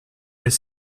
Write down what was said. est